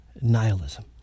Nihilism